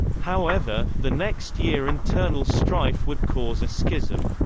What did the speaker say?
however, the next year internal strife would cause a schism.